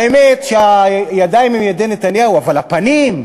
האמת שהידיים הן ידי נתניהו, אבל הפנים,